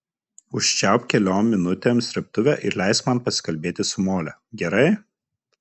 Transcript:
užčiaupk keliom minutėm srėbtuvę ir leisk man pasikalbėti su mole gerai